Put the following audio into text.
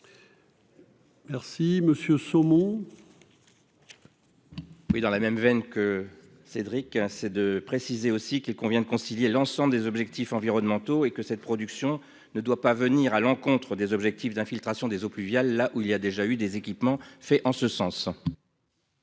Merci monsieur saumon. Oui, dans la même veine que Cédric c'est de préciser aussi qu'il convient de concilier l'ensemble des objectifs environnementaux et que cette production ne doit pas venir à l'encontre des objectifs d'infiltration des eaux pluviales, là où il y a déjà eu des équipements fait en ce sens.